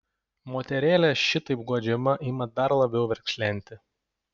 moterėlė šitaip guodžiama ima dar labiau verkšlenti